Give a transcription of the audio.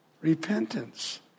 Repentance